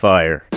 Fire